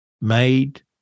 made